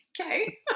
Okay